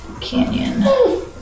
Canyon